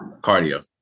Cardio